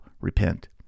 repent